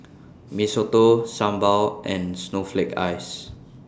Mee Soto Sambal and Snowflake Ice